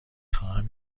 خواهم